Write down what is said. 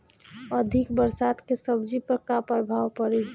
अधिक बरसात के सब्जी पर का प्रभाव पड़ी?